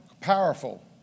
powerful